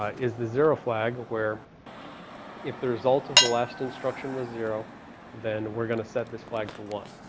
ah is the zero flag where if the result of the last instruction was zero then we're going to set this flag to one,